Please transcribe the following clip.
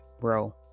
bro